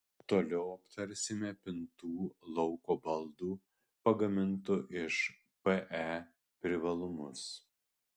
toliau aptarsime pintų lauko baldų pagamintų iš pe privalumus